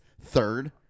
third